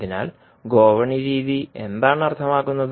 അതിനാൽ ഗോവണി രീതി എന്താണ് അർത്ഥമാക്കുന്നത്